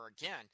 again